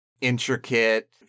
intricate